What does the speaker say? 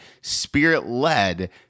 spirit-led